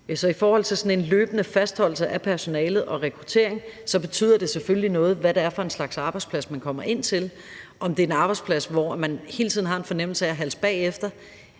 i forhold til sådan en løbende fastholdelse af personalet og rekruttering betyder det selvfølgelig noget, hvad det er for en slags arbejdsplads, man kommer ind til – om det er en arbejdsplads, hvor man hele tiden har en fornemmelse af at halse bagefter